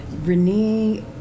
Renee